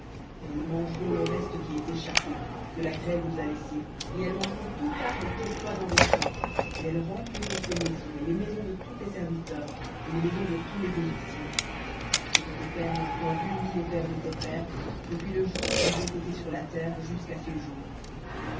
et elles mangeront le reste qui est échappé que la grêle vous a laissé et elles mangeront tout arbre qui croît dans vos champs et elles rempliront tes maisons et les maisons de tous tes serviteurs et les maisons de tous les égyptiens ce que tes pères n'ont point vu ni les pères de tes pères depuis le jour qu'ils ont été sur la terre jusqu'à ce jour